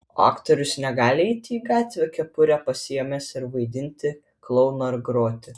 o aktorius negali eiti į gatvę kepurę pasiėmęs ir vaidinti klouną ar groti